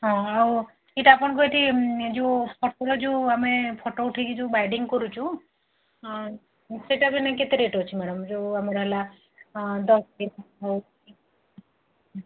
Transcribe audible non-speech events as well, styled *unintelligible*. ହଁ ଆଉ ଏଇଟା ଆପଣଙ୍କୁ ଏଠି ଏନେ ଯୋଉ ଫଟୋର ଯୋଉ ଆମେ ଫଟୋ ଉଠେଇକି ଯୋଉ ବାଇଡିଂ କରୁଛୁ ସେଇଟା ବି କେତେ ରେଟ୍ ଅଛି ମ୍ୟାଡମ୍ ଯୋଉ ଆମର ହେଲା *unintelligible*